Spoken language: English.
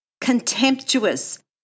contemptuous